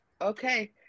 Okay